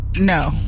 no